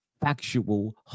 factual